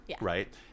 right